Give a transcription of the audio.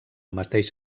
mateix